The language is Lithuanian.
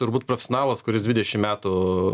turbūt profesionalas kuris dvidešim metų